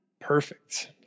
perfect